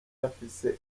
afise